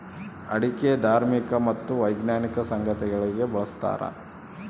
ಅಡಿಕೆ ಧಾರ್ಮಿಕ ಮತ್ತು ವೈಜ್ಞಾನಿಕ ಸಂಗತಿಗಳಿಗೆ ಬಳಸ್ತಾರ